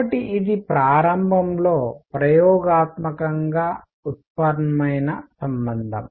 కాబట్టి ఇది ప్రారంభంలో ప్రయోగాత్మకంగా ఉత్పన్నమైన సంబంధం